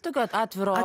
tokio atviro